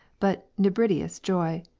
but nebridius joy.